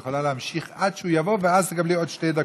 את יכולה להמשיך עד שהוא יבוא ואז תקבלי עוד שתי דקות.